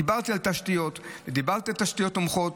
דיברתי על תשתיות ודיברתי על תשתיות תומכות,